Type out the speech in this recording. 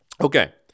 Okay